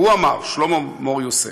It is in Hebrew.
הוא אמר, שלמה מור-יוסף: